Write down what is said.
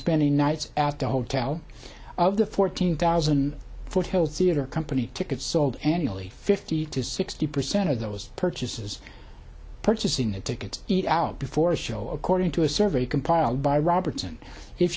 spending nights at the hotel of the fourteen thousand foot hill theatre company tickets sold annually fifty to sixty percent of those purchases purchasing tickets eat out before a show according to a survey compiled by robertson if